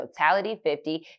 totality50